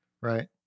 right